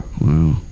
Wow